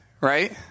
right